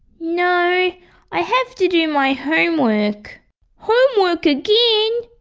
no i have to do my homework homework again!